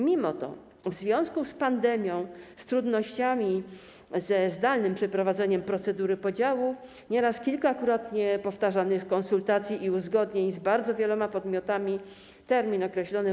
Mimo to w związku z pandemią, z trudnościami ze zdalnym przeprowadzeniem procedury podziału, nieraz kilkukrotnie powtarzanych konsultacji i uzgodnień z bardzo wieloma podmiotami termin określony w